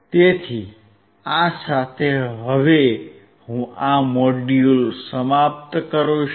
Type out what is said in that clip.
તેથી આ સાથે હવે હું આ મોડ્યુલ સમાપ્ત કરું છું